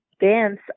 dance